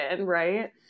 right